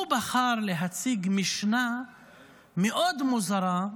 הוא בחר להציג משנה מאוד מוזרה,